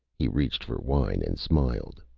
he reached for wine, and smiled.